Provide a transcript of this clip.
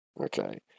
Okay